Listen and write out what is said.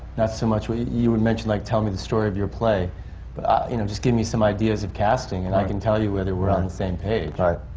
not so much, you had mentioned like tell me the story of your play. but you know just give me some ideas of casting, and i can tell you whether we're on the same page. right,